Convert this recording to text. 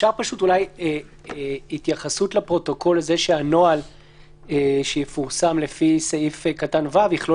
כולל